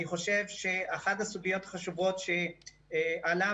אני חושב שאחת הסוגיות החשובות שעלו